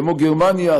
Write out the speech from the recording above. גרמניה,